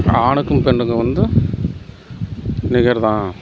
ஆணுக்கும் பெண்ணுக்கும் வந்து நிகர் தான்